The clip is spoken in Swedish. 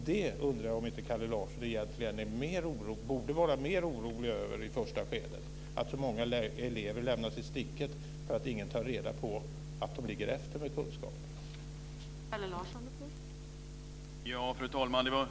Jag undrar om inte Kalle Larsson egentligen i det första skedet borde vara mer orolig över att så många elever lämnas i sticket och att ingen tar reda på att de ligger efter kunskapsmässigt.